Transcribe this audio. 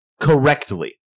Correctly